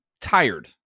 tired